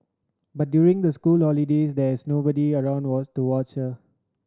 but during the school holidays there is nobody around to watch her